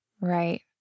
Right